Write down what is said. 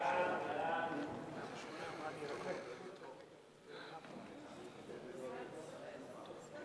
ההצעה להעביר את הצעת